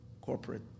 corporate